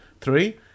Three